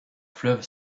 fleuve